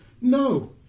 No